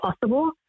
possible